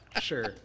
Sure